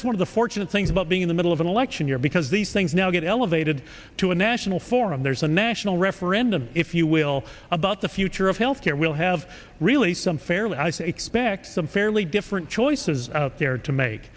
it's one of the fortunate things about being in the middle of an election year because these things now get elevated to a national forum there's a national referendum if you will about the future of health care will have really some fairly i say expect some fairly different choices out there to make